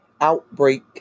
outbreak